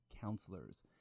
counselors